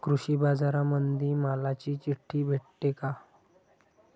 कृषीबाजारामंदी मालाची चिट्ठी भेटते काय?